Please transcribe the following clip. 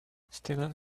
student